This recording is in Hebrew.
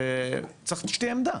וצריך שתהיה עמדה.